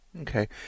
Okay